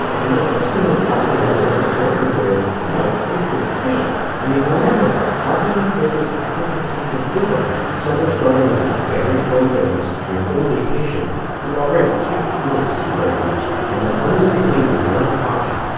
and the first thing that doctors and scientists are looking for is, you know, is this safe? i mean, remember, nothing like this has ever been done before right so they're starting with a very low dose and an older patient who already can't really see very much, and they're only treating one eye.